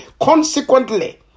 Consequently